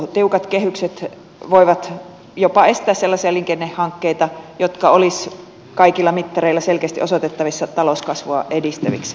tiukat kehykset voivat jopa estää sellaisia liikennehankkeita jotka olisivat kaikilla mittareilla selkeästi osoitettavissa talouskasvua edistäviksi